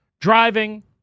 driving